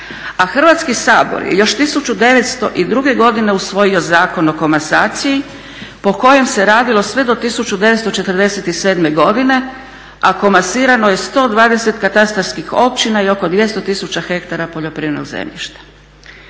A Hrvatski sabor je još 1902. godine usvojio Zakon o komasaciji po kojem se radilo sve do 1947. godine a komasirano je 120 katastarskih općina i oko 200 tisuća hektara poljoprivrednog zemljišta.